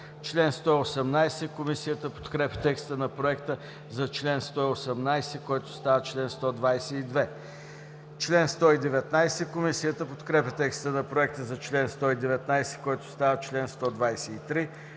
Раздел II. Комисията подкрепя текста на Проекта за чл. 138, който става чл. 142. Комисията подкрепя текста на Проекта за чл. 139, който става чл. 143.